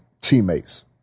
teammates